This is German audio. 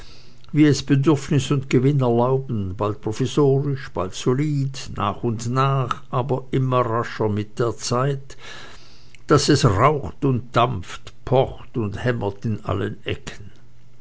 wie es bedürfnis und gewinn erlauben bald provisorisch bald solid nach und nach aber immer rascher mit der zeit daß es raucht und dampft pocht und hämmert an allen ecken